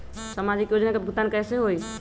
समाजिक योजना के भुगतान कैसे होई?